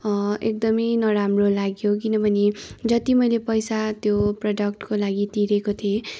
एकदमै नराम्रो लाग्यो किनभने जति मैले पैसा त्यो प्रडक्टको लागि तिरेको थिएँ